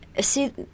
see